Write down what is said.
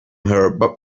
her